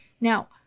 Now